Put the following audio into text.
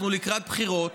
אנחנו לקראת בחירות,